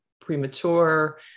premature